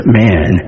man